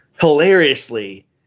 hilariously